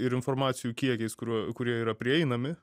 ir informacijų kiekiais kuriuo kurie yra prieinami